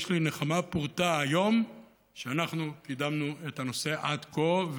יש לי נחמה פורתא היום שאנחנו קידמנו את הנושא עד כה,